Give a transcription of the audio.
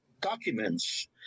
documents